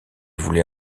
voulait